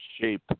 shape